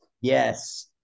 Yes